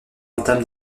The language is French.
entame